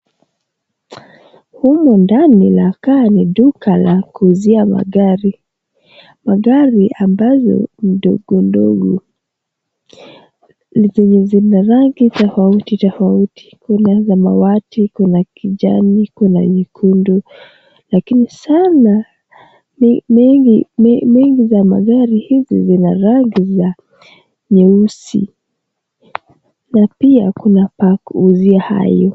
Humu ndani la gari, duka la kuuzia magari. Magari ambazo ndogondogo ni zenye zina rangi tofauti tofauti kuna samawati, kuna kijani, kuna nyekundu, lakini saana mingi za magari hizi zina rangi ya nyeusi na pia kuna pa kuuzia hayo.